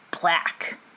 Black